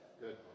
Good